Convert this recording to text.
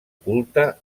culte